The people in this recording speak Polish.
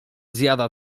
zjada